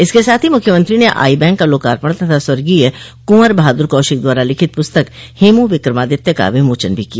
इसके साथ ही मख्यमंत्री ने आई बैंक का लोकार्पण तथा स्वर्गीय कुॅवर बहादुर कौशिक द्वारा लिखित पुस्तक हेमू विक्रमादित्य का विमोचन भी किया